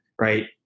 right